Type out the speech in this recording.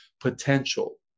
potential